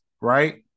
right